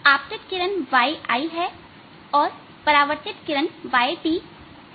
आपतित किरण yI है और परावर्तित किरण yT है